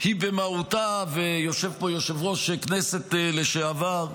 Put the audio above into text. היא במהותה, יושב פה יושב-ראש כנסת לשעבר,